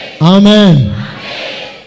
Amen